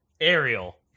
Ariel